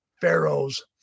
Pharaoh's